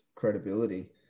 credibility